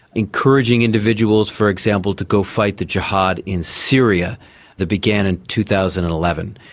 encouraging individuals for example to go fight the jihad in syria that began in two thousand and eleven.